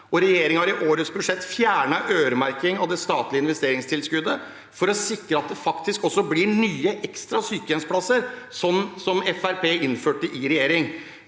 regjeringen har i årets budsjett fjernet øremerkingen av det statlige investeringstilskuddet for å sikre at det faktisk også blir nye, ekstra sykehjemsplasser, noe Fremskrittspartiet innførte i regjering.